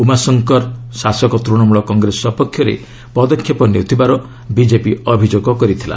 ଉମାଶଙ୍କର ଶାସକ ତୂଶମୂଳ କଂଗ୍ରେସ ସପକ୍ଷରେ ପଦକ୍ଷେପ ନେଉଥିବାର ବିକେପି ଅଭିଯୋଗ କରିଥିଲା